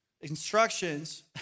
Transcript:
instructions